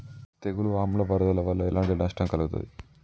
తెగులు ఆమ్ల వరదల వల్ల ఎలాంటి నష్టం కలుగుతది?